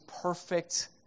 perfect